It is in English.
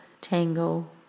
Tango